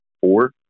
four